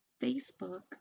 Facebook